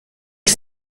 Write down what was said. que